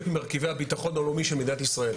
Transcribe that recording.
ממרכיבי הביטחון הלאומי של מדינת ישראל.